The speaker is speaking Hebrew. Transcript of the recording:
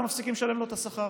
ואנחנו מפסיקים לשלם לו את השכר.